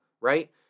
right